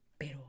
pero